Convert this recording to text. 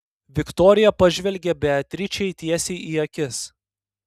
viktorija pažvelgė beatričei tiesiai į akis